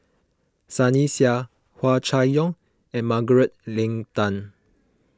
Sunny Sia Hua Chai Yong and Margaret Leng Tan